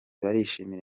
barishimira